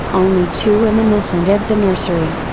only too reminiscent of the nursery.